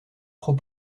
trop